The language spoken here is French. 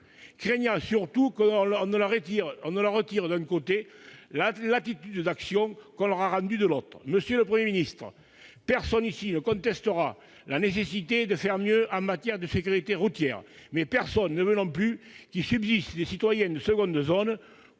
craignant surtout que l'on ne leur retire d'un côté la latitude d'action qu'on leur a rendue de l'autre. Monsieur le Premier ministre, personne ici ne contestera la nécessité de faire mieux en matière de sécurité routière, mais personne ne veut non plus qu'il subsiste des citoyens de seconde zone.